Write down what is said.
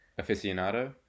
aficionado